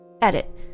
Edit